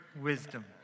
wisdom